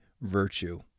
virtue